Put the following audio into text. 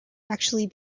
actually